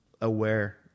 aware